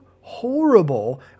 horrible